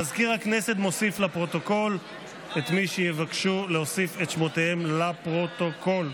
מזכיר הכנסת מוסיף לפרוטוקול את מי שיבקשו להוסיף את שמותיהם לפרוטוקול.